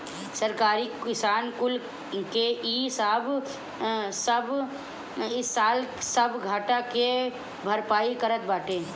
सरकार किसान कुल के इ साल सब घाटा के भरपाई करत बाटे